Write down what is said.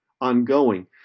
ongoing